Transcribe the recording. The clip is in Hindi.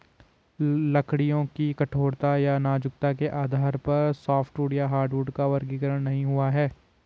लकड़ियों की कठोरता या नाजुकता के आधार पर सॉफ्टवुड या हार्डवुड का वर्गीकरण नहीं हुआ है